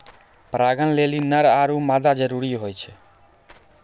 परागण लेलि नर आरु मादा जरूरी होय छै